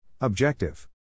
Objective